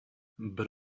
but